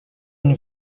une